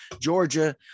Georgia